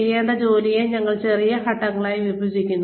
ചെയ്യേണ്ട ജോലിയെ ഞങ്ങൾ ചെറിയ ഘട്ടങ്ങളായി വിഭജിക്കുന്നു